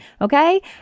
okay